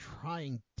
trying